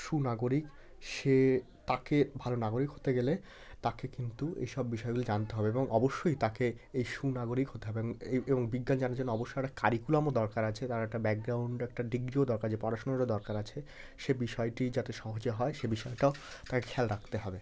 সুনাগরিক সে তাকে ভালো নাগরিক হতে গেলে তাকে কিন্তু এসব বিষয়গুলো জানতে হবে এবং অবশ্যই তাকে এই সুনাগরিক হতে হবে এবং এই এবং বিজ্ঞান জানার জন্য অবশ্যই একটা কারিকুলামও দরকার আছে তার একটা ব্যাকগ্রাউন্ড একটা ডিগ্রী ও দরকার যে পড়াশোনারও দরকার আছে সে বিষয়টি যাতে সহজে হয় সে বিষয়টাও তাকে খেয়াল রাখতে হবে